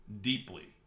deeply